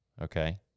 okay